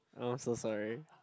I'm so sorry